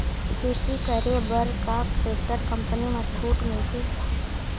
खेती करे बर का टेक्टर कंपनी म छूट मिलथे?